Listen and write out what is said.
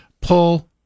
pull